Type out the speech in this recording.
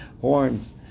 horns